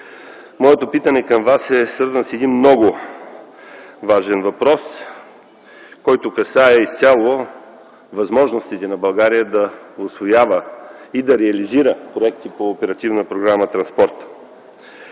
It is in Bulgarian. Моето питане към Вас е свързано с един много важен въпрос, който касае изцяло възможностите на България да усвоява и да реализира проекти по Оперативна програма „Транспорт”,